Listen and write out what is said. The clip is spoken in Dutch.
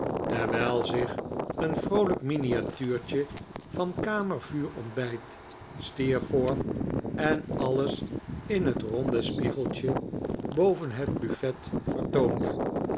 terwijl zich een vroolijk miniatuurtje van kamer vuur ontbijt steerforth en alles in het ronde spiegeltje boven het buffet vertoonde